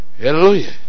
Hallelujah